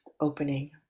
Opening